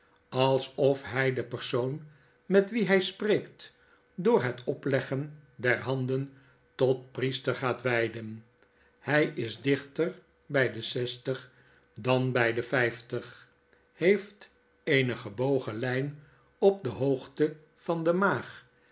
alsof hy de persoon met wien hy spreekt door het opleggen der handen tot priester gaat wtjden hy is dichter by de zestig dan by de vijftig heeft eene gebogen lyn op de hoogte van de maag